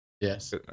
Yes